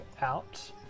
out